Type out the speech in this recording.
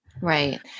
Right